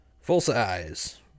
Full-size